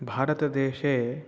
भारतदेशे